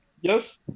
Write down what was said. yes